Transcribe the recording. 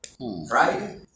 Right